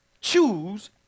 Choose